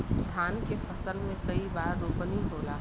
धान के फसल मे कई बार रोपनी होला?